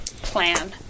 plan